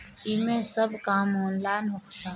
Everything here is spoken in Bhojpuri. एमे सब काम ऑनलाइन होखता